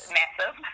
massive